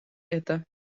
это